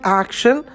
action